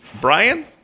Brian